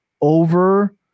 over